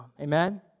Amen